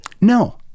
no